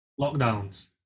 lockdowns